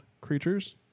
creatures